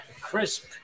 Crisp